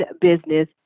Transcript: business